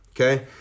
okay